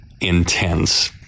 intense